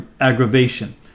aggravation